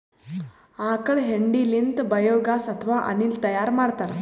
ಆಕಳ್ ಹೆಂಡಿ ಲಿಂತ್ ಬಯೋಗ್ಯಾಸ್ ಅಥವಾ ಅನಿಲ್ ತೈಯಾರ್ ಮಾಡ್ತಾರ್